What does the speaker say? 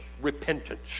repentance